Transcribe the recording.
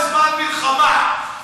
בזמן מלחמה.